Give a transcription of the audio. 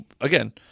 again